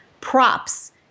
props